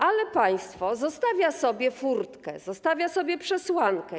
Ale państwo zostawia sobie furtkę, zostawia sobie przesłankę.